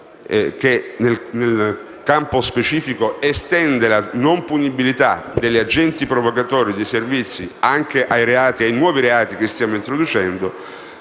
che nel campo specifico estende la non punibilità degli agenti provocatori dei servizi anche ai nuovi reati che stiamo introducendo,